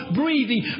breathing